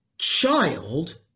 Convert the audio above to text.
child